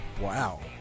wow